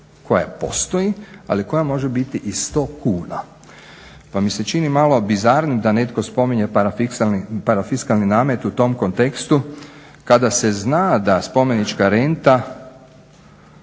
koja postoji ali koja može biti i 100 kuna. Pa mi se čini malo bizarnim da netko spominje parafiskalni namet u tom kontekstu kada se zna da spomenička renta